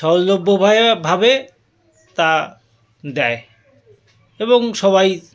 সহজলভ্য ভাবে তা দেয় এবং সবাই